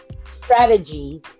strategies